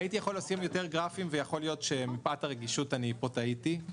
הייתי יכול להוסיף יותר גרפים ויכול להיות שמפאת הרגישות אני טעיתי פה.